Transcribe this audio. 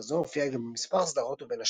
בתקופה זו הופיעה גם במספר סדרות ובין